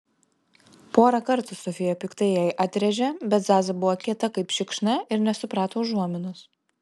porą kartų sofija piktai jai atrėžė bet zaza buvo kieta kaip šikšna ir nesuprato užuominos